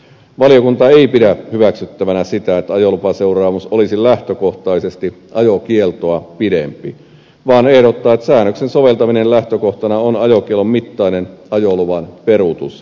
valiokunta ei pidä hyväksyttävänä sitä että ajolupaseuraamus olisi lähtökohtaisesti ajokieltoa pidempi vaan ehdottaa että säännöksen soveltamisen lähtökohtana on ajokiellon mittainen ajoluvan peruutus